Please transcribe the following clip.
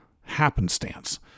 happenstance